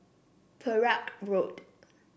Perak Road